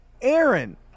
Aaron